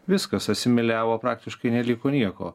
viskas asimiliavo praktiškai neliko nieko